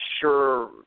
sure